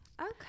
Okay